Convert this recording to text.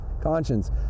conscience